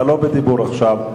אתה לא בדיבור עכשיו.